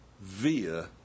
via